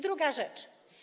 Druga rzecz.